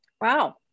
Wow